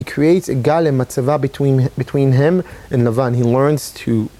HE CREATES A גל עד מצבה BETWEEN HIM AND לבן HE LEARNS TO